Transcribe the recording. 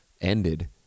ended